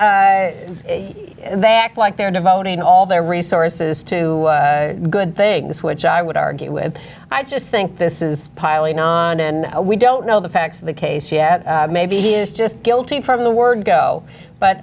but they act like they're devoting all their resources to good things which i would argue and i just think this is piling on and we don't know the facts of the case yet maybe he is just guilty from the word go but